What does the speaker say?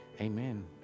amen